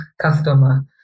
customer